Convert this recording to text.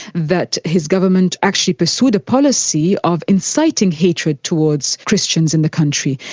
that his government actually pursued a policy of inciting hatred towards christians in the country.